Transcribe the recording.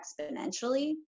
exponentially